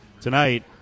tonight